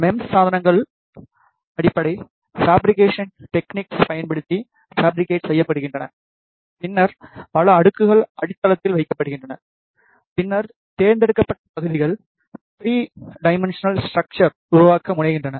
MEMS சாதனங்கள் அடிப்படை fabrication techniques பயன்படுத்தி ஃபபிரிகேட் செய்யப்படுகின்றன பின்னர் பல அடுக்குகள் அடித்தளத்தில் வைக்கப்படுகின்றன பின்னர் தேர்ந்தெடுக்கப்பட்ட பகுதிகள் 3 டைமென்ஷனல் ஸ்ட்ரக்ச்சர் உருவாக்க முனைகின்றன